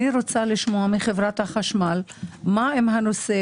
אני רוצה לשמוע מחברת החשמל מה עם הנושא